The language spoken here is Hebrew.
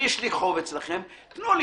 יש לי חוב אצלכם, תנו לי.